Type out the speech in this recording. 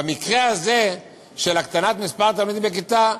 במקרה הזה של הקטנת מספר התלמידים בכיתה,